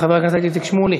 חבר הכנסת איציק שמולי,